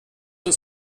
uns